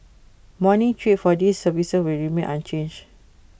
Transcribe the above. morning trips for these services will remain unchanged